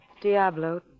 Diablo